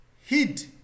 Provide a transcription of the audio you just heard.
hid